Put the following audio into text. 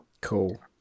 Cool